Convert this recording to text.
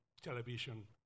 television